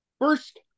First